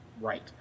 Right